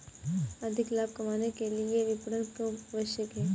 अधिक लाभ कमाने के लिए विपणन क्यो आवश्यक है?